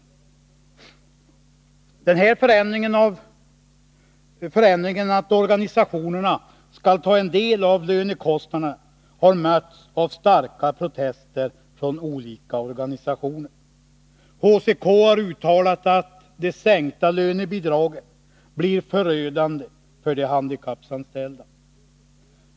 Den här förändringen, att organisationerna skall ta en del av lönekostnaderna, har mötts av starka protester från olika organisationer. HCK har uttalat att sänkningen av lönebidragen blir förödande för de handikappanställda.